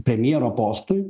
premjero postui